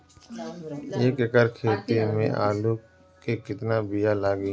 एक एकड़ खेती में आलू के कितनी विया लागी?